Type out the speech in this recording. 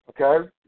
Okay